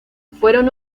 fueron